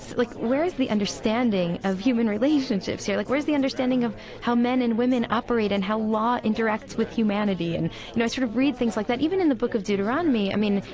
like, where is the understanding of human relationships here. like, where is the understanding of how men and women operate and how law interacts with humanity. and you know, sort of read things like that. even in the book of deuteronomy. i mean,